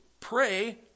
Pray